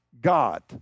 God